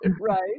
Right